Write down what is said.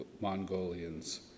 Mongolians